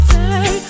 Say